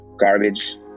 garbage